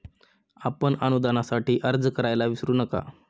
आपण अनुदानासाठी अर्ज करायला विसरू नका